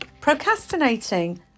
procrastinating